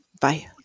Bye